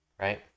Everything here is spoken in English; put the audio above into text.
right